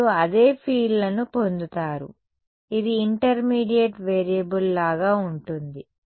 మీరు అదే ఫీల్డ్లను పొందుతారు ఇది ఇంటర్మీడియట్ వేరియబుల్ లాగా ఉంటుంది